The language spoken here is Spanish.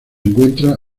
encuentra